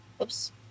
oops